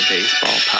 Baseball